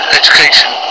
education